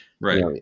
Right